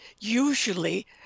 usually